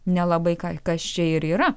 nelabai ką kas čia ir yra